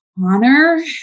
honor